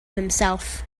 himself